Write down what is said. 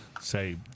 say